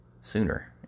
sooner